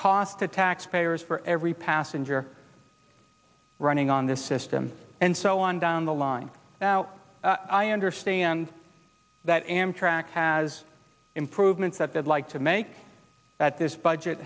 to taxpayers for every passenger running on this system and so on down the line now i understand that amtrak has improvements that they'd like to make at this budget